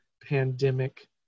pandemic